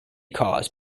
caused